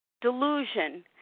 delusion